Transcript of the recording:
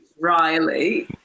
Riley